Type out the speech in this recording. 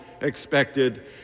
expected